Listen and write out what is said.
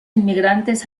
inmigrantes